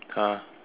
!huh!